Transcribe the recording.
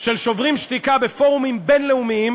של "שוברים שתיקה" בפורומים בין-לאומיים